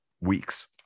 weeks